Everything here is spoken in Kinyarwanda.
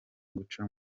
guca